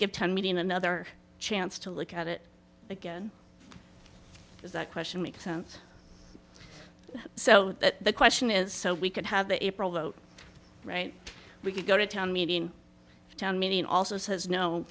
million another chance to look at it again is that question makes sense so the question is so we could have the april vote right we could go to town meeting in town meeting also says no